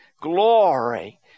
glory